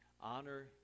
Honor